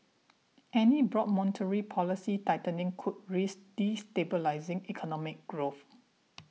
any broad monetary policy tightening could risk destabilising economic growth